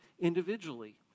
individually